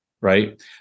right